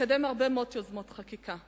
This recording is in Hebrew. לקדם הרבה מאוד יוזמות חקיקה.